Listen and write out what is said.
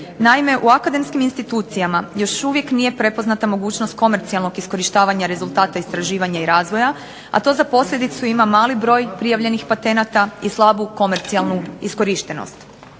Naime, u akademskim institucijama još uvijek nije prepoznata mogućnost komercijalnog iskorištavanja rezultata istraživanja i razvoja, a to za posljedicu ima mali broj prijavljenih patenata i slabu komercijalnu iskorištenost.